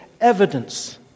evidence